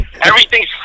Everything's